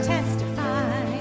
Testify